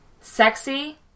Sexy